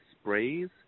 sprays